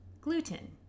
Gluten